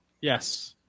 Yes